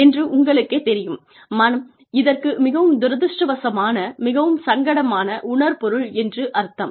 என்று உங்களுக்கேத் தெரியும் மன இதற்கு மிகவும் துரதிர்ஷ்டவசமான மிகவும் சங்கடமான உணர் பொருள் என்று அர்த்தம்